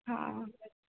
हँ